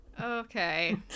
Okay